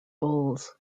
bulls